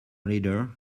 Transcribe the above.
leader